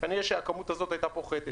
כנראה שהכמות הזאת הייתה פוחתת.